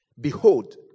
behold